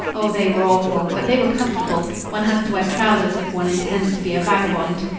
oh, they were awful, but they were comfortable. one has to wear trousers if one intends to be a vagabond.